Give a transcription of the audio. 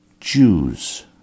Jews